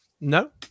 no